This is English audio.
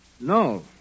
No